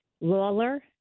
Lawler